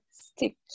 stick